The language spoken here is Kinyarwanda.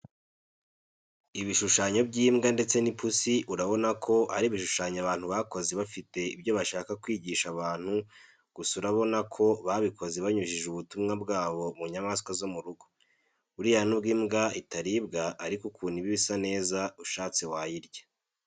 Ibishushanyo by'imbwa ndetse n'ipusi urabona ko ari ibishushanyo abantu bakoze bafite ibyo bashaka kwigisha abanti gusa urabona ko babikoze banyujije ubutumwa bwabo ku nyamaswa zo mu rugo. Buriya nubwo imbwa itaribwa ariko ukuntu iba isa neza ushatse wayirya.